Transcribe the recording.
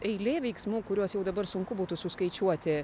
eilė veiksmų kuriuos jau dabar sunku būtų suskaičiuoti